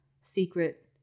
secret